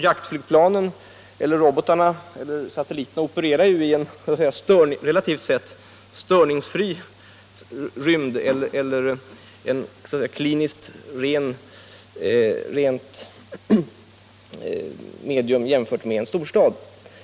Jaktflygplanen, robotarna eller satelliterna opererar ju i en relativt sett störningsfri rymd eller i ett kliniskt rent medium jämfört med en storstad.